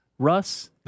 Russ